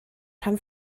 rhan